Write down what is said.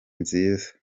nziza